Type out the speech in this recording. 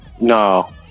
No